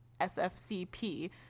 SFCP